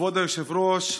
כבוד היושב-ראש.